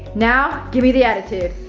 now give me the attitude.